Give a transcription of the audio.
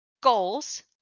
goals